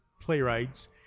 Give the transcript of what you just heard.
playwrights